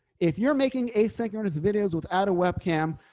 if you're making asynchronous videos without a webcam.